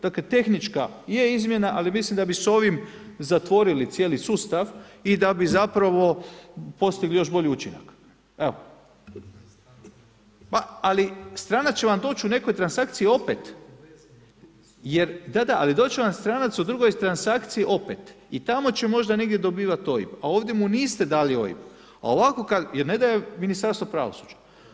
Dakle tehnička je izmjena ali mislim da bi s ovim zatvorili cijeli sustav i da bi zapravo postigli još bolji učinak. … [[Upadica sa strane, ne razumije se.]] Ali stranac će vam doći u nekoj transakciji opet jer, da, da, ali doći će vam stranac u drugoj transakciji opet i tamo će negdje možda dobivati OIB a ovdje mu niste dali OIB jer ne daje Ministarstvo pravosuđa.